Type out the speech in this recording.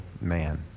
man